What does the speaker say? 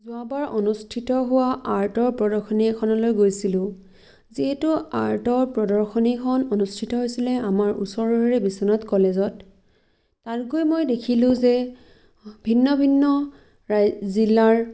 যোৱাবাৰ অনুষ্ঠিত হোৱা আৰ্টৰ প্ৰদৰ্শনী এখনলৈ গৈছিলোঁ যিহেতু আৰ্টৰ প্ৰদৰ্শনীখন অনুষ্ঠিত হৈছিলে আমাৰ ওচৰৰে বিশ্বনাথ কলেজত তাত গৈ মই দেখিলোঁ যে ভিন্ন ভিন্ন জিলাৰ